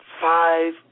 five